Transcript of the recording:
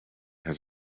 has